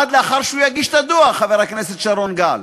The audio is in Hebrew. עד לאחר שהוא יגיש את הדוח, חבר הכנסת שרון גל.